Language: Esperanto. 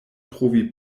trovi